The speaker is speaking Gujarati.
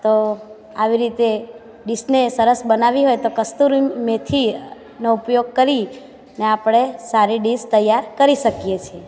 તો આવી રીતે ડીશને સરસ બનાવવી હોય તો કસ્તુરી મેથીનો ઉપયોગ કરી અને આપણે સારી ડિશ તૈયાર કરી શકીએ છીએ